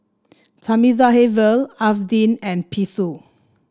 Thamizhavel Arvind and Peyush